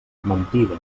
mentides